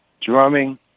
drumming